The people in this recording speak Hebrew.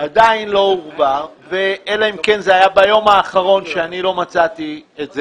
עדיין לא הועברו אלא אם כן זה היה ביום האחרון אבל לא מצאתי את זה.